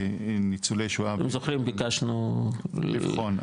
לניצולי שואה --- אתם זוכרים ביקשנו --- לבחון,